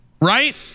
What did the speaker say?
right